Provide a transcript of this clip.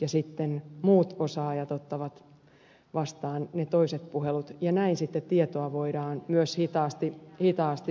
ja sitten muut osaajat ottavat vastaan ne toiset puhelut ja näin sitten tietoa voidaan myös hitaasti siirtää